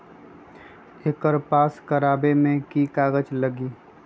एकर पास करवावे मे की की कागज लगी?